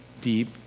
deep